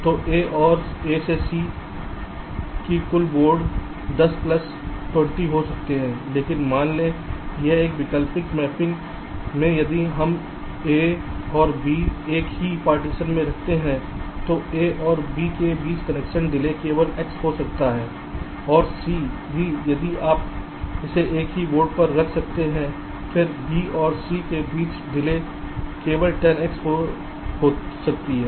तो A से C तक की कुल डिले 10 प्लस 20 हो सकती है लेकिन मान लें कि एक वैकल्पिक मैपिंग में यदि हम A और B को एक ही पार्टीशन में रखते हैं तो A और B के बीच का कनेक्शन डिले केवल X हो सकता है और C भी यदि आप इसे एक ही बोर्ड पर रख सकते हैं फिर B और C के बीच डिले केवल 10X सकती है